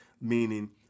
meaning